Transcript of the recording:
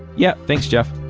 yeah. thanks, jeff.